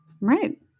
Right